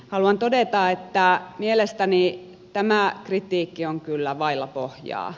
haluan todeta että mielestäni tämä kritiikki on kyllä vailla pohjaa